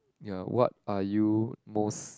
ya what are you most